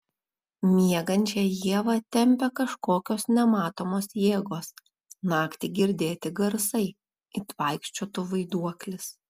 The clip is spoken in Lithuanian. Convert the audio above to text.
miegančią ievą tempia kažkokios nematomos jėgos naktį girdėti garsai it vaikščiotų vaiduoklis